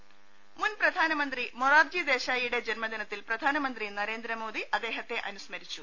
ി മുൻ പ്രധാനമന്ത്രി മൊറാർജി ദേശായിയുടെ ജന്മദിനത്തിൽ പ്രധാനമന്ത്രി നരേന്ദ്ര മോദിം അദ്ദേഹത്തെ അനുസ്മരിച്ചു